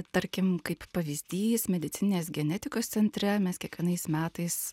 tarkim kaip pavyzdys medicininės genetikos centre mes kiekvienais metais